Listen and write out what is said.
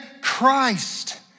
Christ